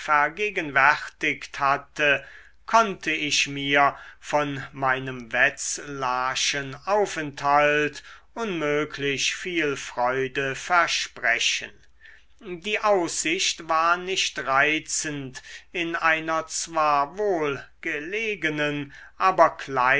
vergegenwärtigt hatte konnte ich mir von meinem wetzlarschen aufenthalt unmöglich viel freude versprechen die aussicht war nicht reizend in einer zwar wohl gelegenen aber